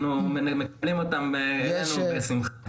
אנחנו מקבלים אותם אתנו בשמחה.